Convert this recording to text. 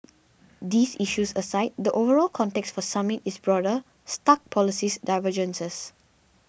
these issues aside the overall context for the summit is broader stark policies divergences